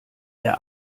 der